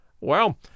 Well